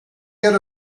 get